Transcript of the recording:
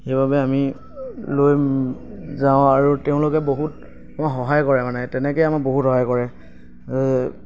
সেইবাবে আমি লৈ যাওঁ আৰু তেওঁলোকে বহুত আমাক সহায় কৰে মানে তেনেকে আমাক বহুত সহায় কৰে